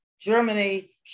Germany